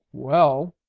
well,